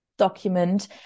document